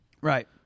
Right